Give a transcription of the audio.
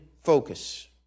focus